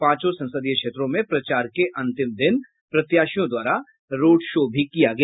पांचों संसदीय क्षेत्रों में प्रचार के अंतिम दिन प्रत्याशियों द्वारा रोड शो भी किया गया